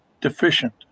deficient